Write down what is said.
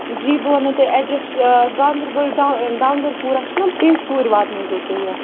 جی بہٕ وَنو تۄہہِ ایڈرَس گاندَربَل ڈان ڈانگرپوٗرا چھُنا تِژھ توٗرۍ واتنٲیِزیٚو تُہۍ یہِ